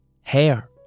hair